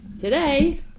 today